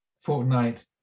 fortnight